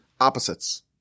opposites